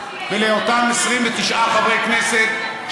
ולאותם 29 חברי כנסת,